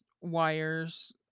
wires